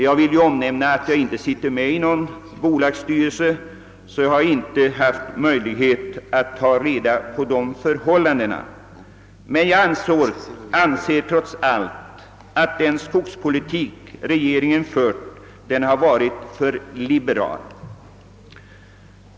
Jag sitter inte själv med i någon bolagsstyrelse och har därför inte haft någon möjlighet att undersöka dessa förhållanden, men jag anser ändå att den skogspolitik regeringen fört varit alltför liberal.